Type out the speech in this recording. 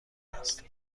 است